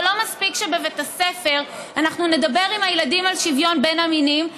זה לא מספיק שבבית הספר אנחנו נדבר עם הילדים על שוויון בין המינים,